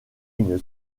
une